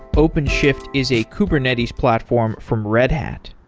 ah openshift is a kubernetes platform from red hat.